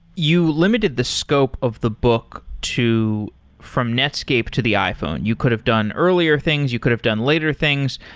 you limited the scope of the book to from netscape to the iphone. you could have done earlier things, you could have done later things.